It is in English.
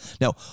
Now